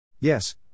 Yes